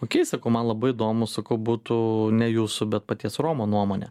okei sakau man labai įdomu sakau būtų ne jūsų bet paties romo nuomonė